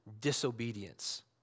disobedience